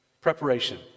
preparation